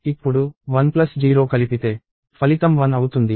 ఇప్పుడు 1 ప్లస్ 0 కలిపితే ఫలితం 1 అవుతుంది